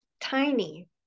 tiny